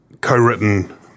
co-written